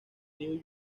new